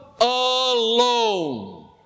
alone